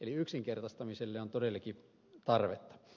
eli yksinkertaistamiselle on todellakin tarvetta